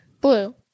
Blue